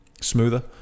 smoother